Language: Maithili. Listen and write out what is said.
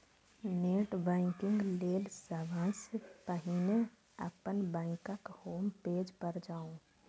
नेट बैंकिंग लेल सबसं पहिने अपन बैंकक होम पेज पर जाउ